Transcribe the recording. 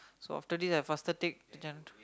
so after this I faster take chance